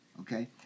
Okay